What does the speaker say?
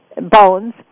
bones